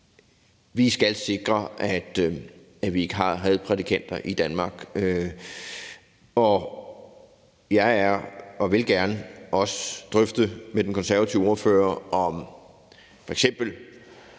Vi skal sikre, at vi ikke har hadprædikanter i Danmark, og jeg vil gerne drøfte med den konservative ordfører, om f.eks.